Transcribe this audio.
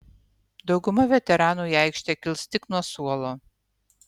dauguma veteranų į aikštę kils tik nuo suolo